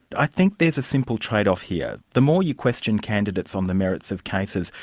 i think there's a simple trade-off here. the more you question candidates on the merits of cases,